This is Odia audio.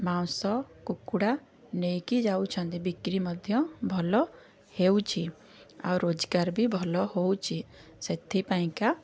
ମାଉଁସ କୁକୁଡ଼ା ନେଇକି ଯାଉଛନ୍ତି ବିକ୍ରି ମଧ୍ୟ ଭଲ ହେଉଛି ଆଉ ରୋଜଗାର ବି ଭଲ ହେଉଛି ସେଥିପାଇଁକା